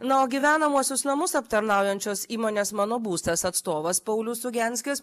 na o gyvenamuosius namus aptarnaujančios įmonės mano būstas atstovas paulius ugianskis